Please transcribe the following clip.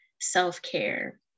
self-care